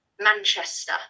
Manchester